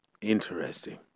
Interesting